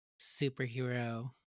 superhero